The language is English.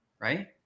right